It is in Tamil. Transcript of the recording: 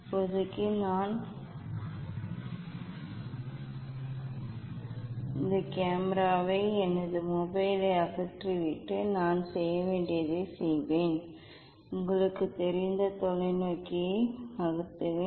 இப்போதைக்கு நான் இந்த கேமராவை எனது மொபைலை அகற்றிவிட்டு நான் செய்ய வேண்டியதைச் செய்வேன் உங்களுக்குத் தெரிந்த தொலைநோக்கியை நகர்த்துவேன்